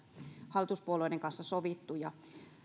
hallituspuolueiden kanssa sovittu